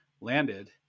landed